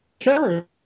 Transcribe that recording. Sure